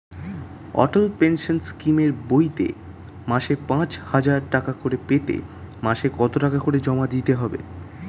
অটল pension স্কিমের বইতে মাসে পাঁচ হাজার টাকা করে পেতে মাসে কত টাকা করে জমা দিতে হবে?